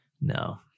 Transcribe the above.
No